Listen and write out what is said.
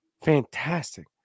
fantastic